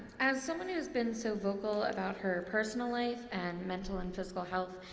as someone who has been so vocal about her personal life and mental and physical health,